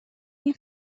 این